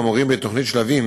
במורים בתוכנית שלבים,